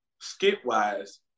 skit-wise